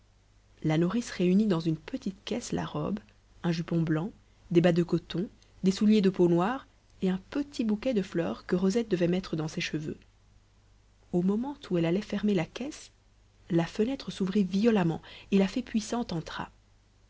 la nourrice réunit dans une petite caisse la robe un jupon blanc des has de coton des souliers de peau noire et un petit bouquet de fleurs que rosette devait mettre dans ses cheveux au moment où elle allait fermer la caisse la fenêtre s'ouvrit violemment et la fée puissante entra